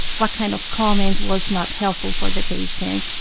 what kind of comment was not helpful for the patient.